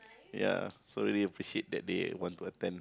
ya so really appreciate that they want to attend